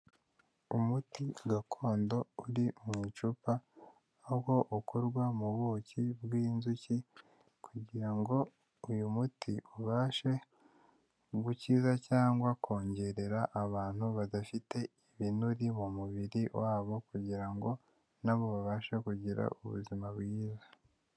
Umuti gakondo uri mu icupa aho ukorwa mu buki bw'inzuki kugira ngo uyu muti ubashe gukiza cyangwa kongerera abantu badafite ibinure mu mubiri wabo kugira ngo nabo babashe kugira ubuzima bwiza.